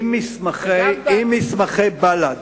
אם מסמכי בל"ד